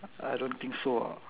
I don't think so ah